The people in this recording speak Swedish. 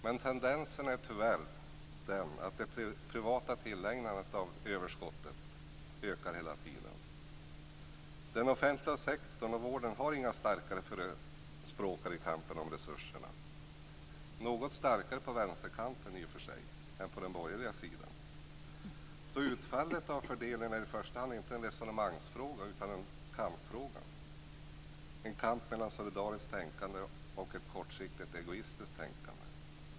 Men tendensen är tyvärr den att det privata tillägnandet av överskottet ökar hela tiden. Den offentliga sektorn och vården har inga starkare förespråkare i kampen om resurserna; i och för sig något starkare på vänsterkanten än på den borgerliga sidan. Utfallet av fördelningen är alltså inte i första hand en resonemangsfråga utan en kampfråga - en kamp mellan ett solidariskt tänkande och ett kortsiktigt egoistiskt tänkande.